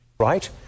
right